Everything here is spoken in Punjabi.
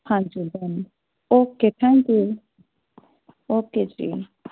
ਹਾਂਜੀ done okay thank you okay ਜੀ